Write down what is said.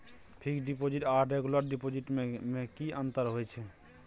Fix deposit आर regular deposit में की अंतर होय छै?